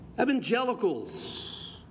Evangelicals